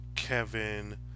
Kevin